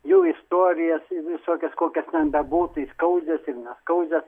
jų istorijas visokias kokias ten bebūtų ir skaudžias ir neskaudžias